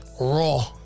raw